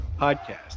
podcast